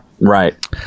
Right